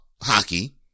hockey